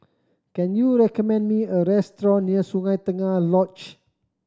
can you recommend me a restaurant near Sungei Tengah Lodge